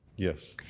yes.